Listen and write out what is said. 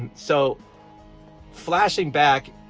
so flashing back,